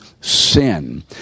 sin